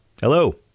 hello